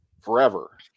forever